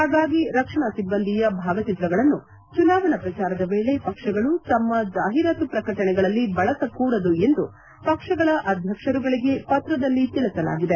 ಹಾಗಾಗಿ ರಕ್ಷಣಾ ಸಿಬ್ಬಂದಿಯ ಭಾವಚಿತ್ರಗಳನ್ನು ಚುನಾವಣಾ ಪ್ರಚಾರದ ವೇಳೆ ಪಕ್ಷಗಳು ತಮ್ಮ ಜಾಹೀರಾತು ಪ್ರಕಟಣೆಗಳಲ್ಲಿ ಬಳಸಕೂಡದು ಎಂದು ಪಕ್ಷಗಳ ಅಧ್ಯಕ್ಷರುಗಳಿಗೆ ವತ್ರದಲ್ಲಿ ತಿಳಿಸಲಾಗಿದೆ